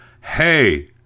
hey